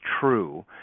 true